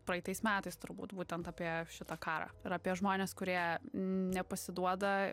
praeitais metais turbūt būtent apie šitą karą ir apie žmones kurie nepasiduoda